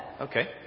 Okay